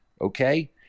Okay